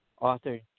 author